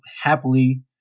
happily